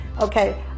Okay